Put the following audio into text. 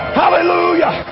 hallelujah